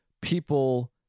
people